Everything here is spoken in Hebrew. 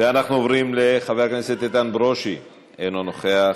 ואנחנו עוברים לחבר הכנסת איתן ברושי, אינו נוכח,